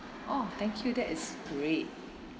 oh thank you that is great